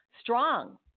strong